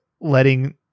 letting